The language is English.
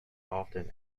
often